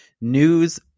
news